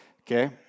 okay